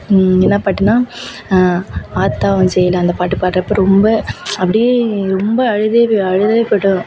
என்ன பாட்டுன்னா ஆத்தா உன் சேலை அந்த பாட்டு பாட்றப்போ ரொம்ப அப்படியே ரொம்ப அழுதே அழுதேவிட்டோம்